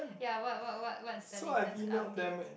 ya what what what what's the latest updates